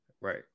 Right